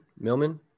Millman